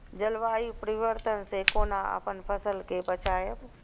जलवायु परिवर्तन से कोना अपन फसल कै बचायब?